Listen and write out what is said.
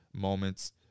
moments